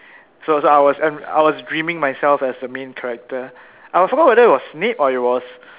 so so I was I was dreaming myself as the main character I forgot whether it was Snape or it was